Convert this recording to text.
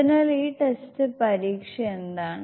അതിനാൽ ഈ ടെസ്റ്റ് പരീക്ഷ എന്താണ്